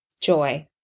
joy